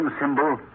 symbol